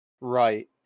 right